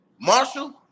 Marshall